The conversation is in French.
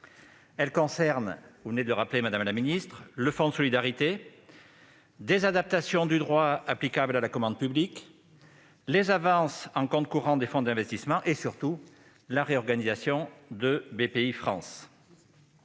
concernent le fonds de solidarité, des adaptations du droit applicable à la commande publique, les avances en compte courant des fonds d'investissement et, surtout, la réorganisation de Bpifrance